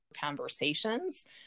conversations